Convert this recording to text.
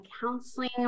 Counseling